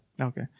Okay